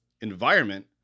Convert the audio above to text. environment